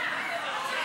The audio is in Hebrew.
לא, אתה רוצה דווקא רווחה?